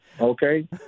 okay